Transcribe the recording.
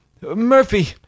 Murphy